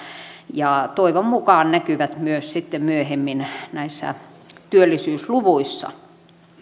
ja toivon mukaan näkyy myös sitten myöhemmin näissä työllisyysluvuissa